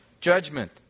Judgment